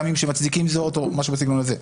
טעמים שמצדיקים זאת או משהו בסגנון הזה.